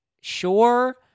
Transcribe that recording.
Sure